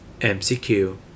MCQ